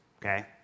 Okay